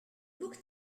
book